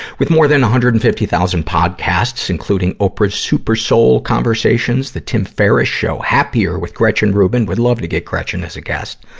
with more than one hundred and fifty thousand podcasts, including oprah's supersoul conversations, the tim ferriss show, happier with gretchen rubin would love to get gretchen as a guest,